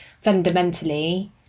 fundamentally